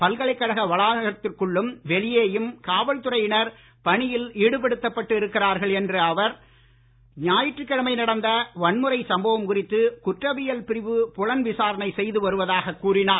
பல்கலைக்கழக வளாகத்திற்குள்ளும் வெளியேயும் காவல்துறையினர் பணியில் ஈடுபடுத்தப்பட்டு இருக்கிறார்கள் என்ற அவர் ஞாயிற்றுக்கிழமை நடந்த வன்முறைச் சம்பவம் குறித்து குற்றவியல் பிரிவு புலன் விசாரணை செய்து வருவதாக கூறினார்